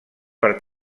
per